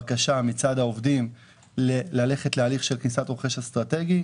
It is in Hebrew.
בקשה מצד העובדים ללכת להליך של כניסת רוכש אסטרטגי.